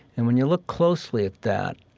and when you look closely at that,